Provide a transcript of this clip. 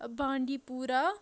أ بانٛڈی پوٗرہ